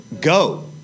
go